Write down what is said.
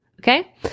okay